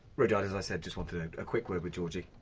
rudyard, as i said, just wanted a quick word with georgie.